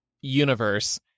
universe